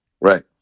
Right